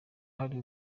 hari